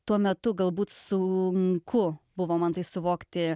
tuo metu galbūt sunku buvo man tai suvokti